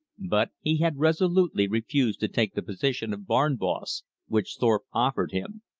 but he had resolutely refused to take the position of barn-boss which thorpe offered him.